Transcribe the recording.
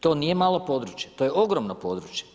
To nije malo područje, to je ogromno područje.